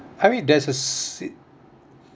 I mean there's a se~